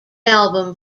album